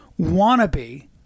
wannabe